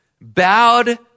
bowed